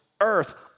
earth